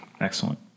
Excellent